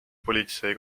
politsei